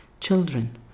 children